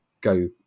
go